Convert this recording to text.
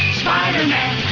spider-man